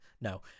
no